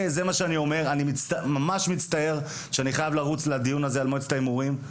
אני ממש מצטער שאני חייב לדיון הזה על מועצת ההימורים.